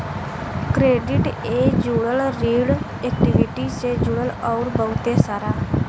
credit ए जुड़ल, ऋण इक्वीटी से जुड़ल अउर बहुते सारा